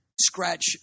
Scratch